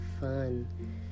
fun